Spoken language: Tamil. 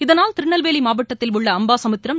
இதனால் திருநெல்வேலி மாவட்டத்தில் உள்ள அம்பாசமுத்திரம்